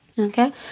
Okay